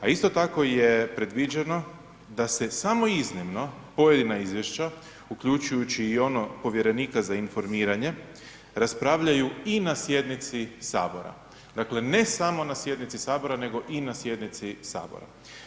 A isto tako je predviđeno da se samo iznimno pojedina izvješća, uključujući i ono povjerenika za informiranje, raspravljaju i na sjednici HS, dakle, ne samo na sjednici HS, nego i na sjednici HS.